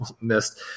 missed